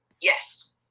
Yes